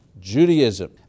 Judaism